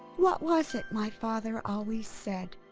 what was it my father always said?